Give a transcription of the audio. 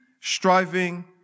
striving